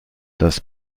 das